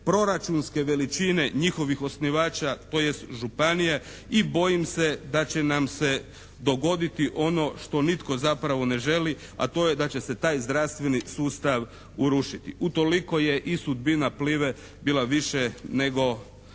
proračunske veličine njihovih osnivača, tj. županija i bojim se da će nam se dogoditi ono što nitko zapravo ne želi a to je da će se taj zdravstveni sustav urušiti. Utoliko je i sudbina Plive bila više nego